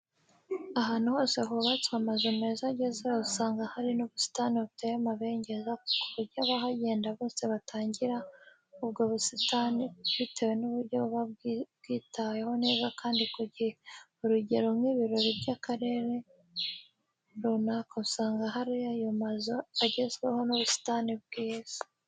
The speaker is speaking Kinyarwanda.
Ahantu hose hubatswe amazu meza agezweho usanga hari n'ubusitani buteye amabengeza, ku buryo abahagenda bose batangarira ubwo busitani bitewe n'uburyo buba bwitaweho neza kandi ku gihe. Urugero nk'ibiro by'akarere runaka usanga hari ayo mazu agezweho n'ubusitani bwiza.